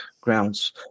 grounds